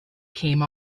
came